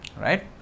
Right